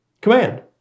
Command